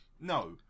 No